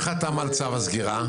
מי חתם על צו הסגירה?